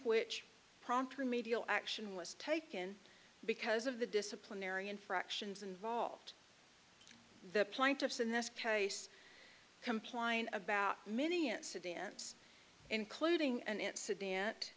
which prompt remedial action was taken because of the disciplinary infractions involved the plaintiffs in this case compline about many incidents including an